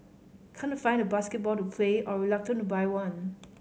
can't find a basketball to play or reluctant to buy one